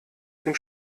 dem